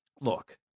look